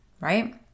right